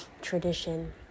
tradition